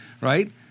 Right